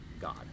God